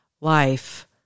life